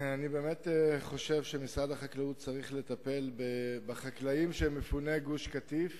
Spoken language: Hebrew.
אני באמת חושב שמשרד החקלאות צריך לטפל בחקלאים מפוני גוש-קטיף